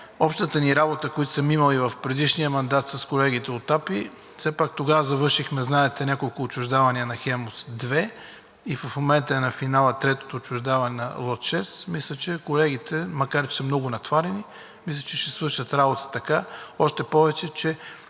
общата ни работа, която съм имал и в предишния мандат с колегите от АПИ, все пак тогава завършихме – знаете, няколко отчуждавания на „Хемус – 2“, а в момента е на финала третото отчуждаване на лот 6 и колегите, макар че са много натоварени, мисля, че ще свършат работа. Още повече